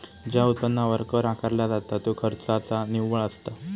ज्या उत्पन्नावर कर आकारला जाता त्यो खर्चाचा निव्वळ असता